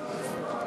אדוני